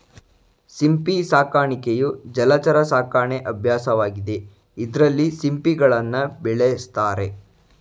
ಸಿಂಪಿ ಸಾಕಾಣಿಕೆಯು ಜಲಚರ ಸಾಕಣೆ ಅಭ್ಯಾಸವಾಗಿದೆ ಇದ್ರಲ್ಲಿ ಸಿಂಪಿಗಳನ್ನ ಬೆಳೆಸ್ತಾರೆ